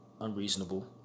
unreasonable